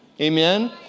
Amen